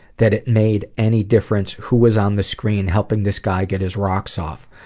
that it made any difference who was on the screen helping this guy get his rocks off.